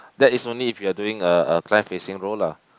that is only if you are doing a a client facing role lah